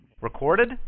Recorded